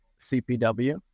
CPW